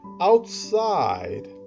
outside